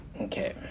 Okay